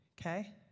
Okay